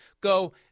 go